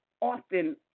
often